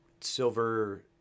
silver